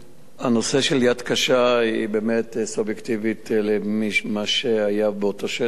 הנושא של יד קשה היא באמת סובייקטיבית למי שהיה באותו שטח,